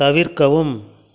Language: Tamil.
தவிர்க்கவும்